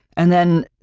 and then,